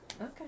Okay